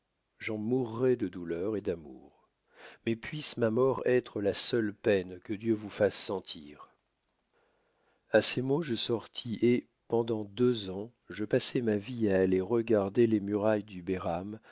j'en mourrai de douleur et d'amour mais puisse ma mort être la seule peine que dieu vous fasse sentir à ces mots je sortis et pendant deux ans je passai ma vie à aller regarder les murailles du beiram